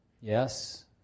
Yes